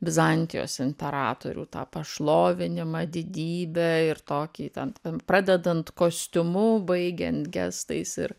bizantijos imperatorių tą pašlovinimą didybę ir tokį ten pradedant kostiumu baigiant gestais ir